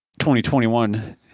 2021